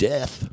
Death